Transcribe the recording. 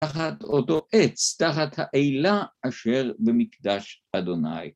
תחת אותו עץ, תחת האלה אשר במקדש ה'.